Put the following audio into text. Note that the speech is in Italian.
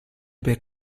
per